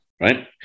right